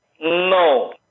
No